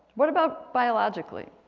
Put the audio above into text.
what about biologically?